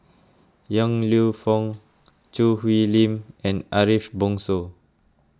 Yong Lew Foong Choo Hwee Lim and Ariff Bongso